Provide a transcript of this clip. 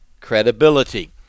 credibility